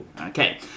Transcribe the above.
Okay